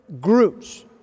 groups